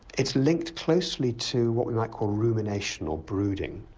it's linked closely to what we might call ruminational brooding,